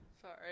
Sorry